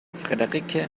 friederike